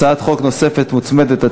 הצעת חוק נוספת מוצמדת,